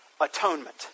atonement